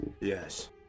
Yes